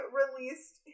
released